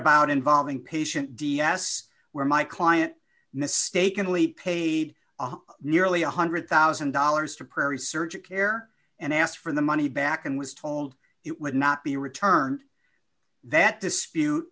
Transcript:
about involving patient d a s where my client mistakenly paid nearly one hundred thousand dollars to prairie search care and asked for the money back and was told it would not be returned that dispute